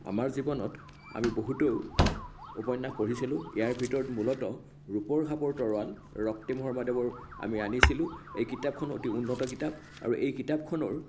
আমাৰ জীৱনত আমি বহুতো উপন্য়াস পঢ়িছিলোঁ ইয়াৰ ভিতৰত মূলতঃ ৰূপৰ খাপৰ তৰোৱাল ৰক্তিম শৰ্মাদেৱৰ আমি আনিছিলোঁ এই কিতাপখন অতি উন্নত কিতাপ আৰু এই কিতাপখনৰ